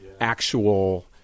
actual